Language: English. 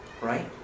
Right